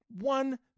one